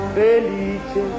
felice